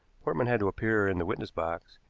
portman had to appear in the witness-box,